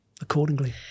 Accordingly